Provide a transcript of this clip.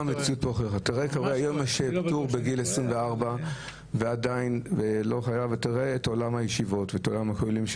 ששירתו בגיל 24 ועדיין --- ותראה את עולם הישיבות ואת עולם הכוללים,